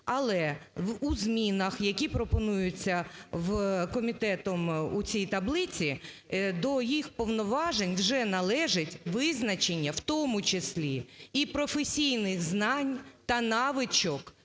Але у змінах, які пропонуються комітетом у цій таблиці, до їх повноважень вже належить визначення в тому числі і професійних знань та навичок